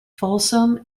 folsom